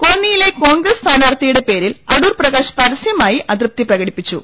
കോന്നിയിലെ കോൺഗ്രസ് സ്ഥാനാർത്ഥിയുടെ പേരിൽ അടൂർപ്രകാശ് പരസ്യമായി അതൃപ്തി പ്രകടിപ്പിച്ചു